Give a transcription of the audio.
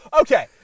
Okay